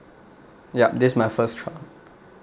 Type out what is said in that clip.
yup that's my first child